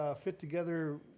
fit-together